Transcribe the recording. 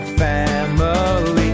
family